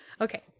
Okay